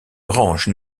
range